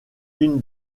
une